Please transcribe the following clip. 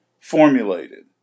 formulated